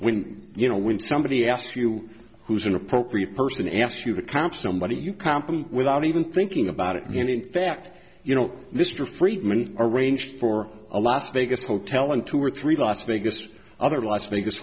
when you know when somebody asks you who's an appropriate person ask you to comp somebody you company without even thinking about it and in fact you know mr friedman arranged for alaska hotel in two or three las vegas other las vegas